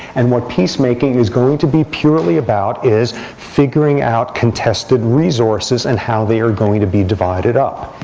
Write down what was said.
and what peacemaking is going to be purely about is figuring out contested resources and how they are going to be divided up.